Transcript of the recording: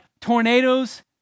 tornadoes